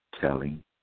telling